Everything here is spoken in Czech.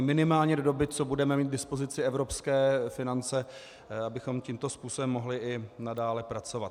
Minimálně do doby, co budeme mít k dispozici evropské finance, abychom tímto způsobem mohli i nadále pracovat.